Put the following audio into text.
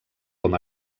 com